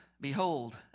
behold